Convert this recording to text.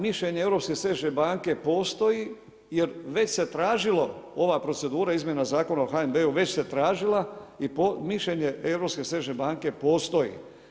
Mišljenje Europske središnje banke postoji jer već se tražilo procedura zakona o HNB-u već se tražila i mišljenje Europske središnje banke postoji.